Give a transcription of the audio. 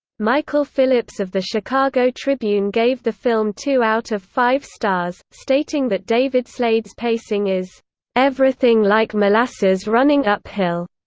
michael phillips of the chicago tribune gave the film two out of five stars, stating that david slade's pacing is everything like molasses running uphill.